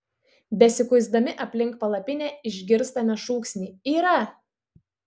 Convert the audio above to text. besikuisdami aplink palapinę išgirstame šūksnį yra